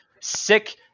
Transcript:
sick